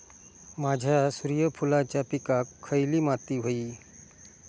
माझ्या सूर्यफुलाच्या पिकाक खयली माती व्हयी?